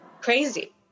Crazy